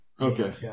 Okay